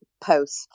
post